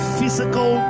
physical